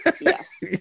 yes